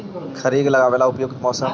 खरिफ लगाबे ला उपयुकत मौसम?